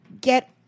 get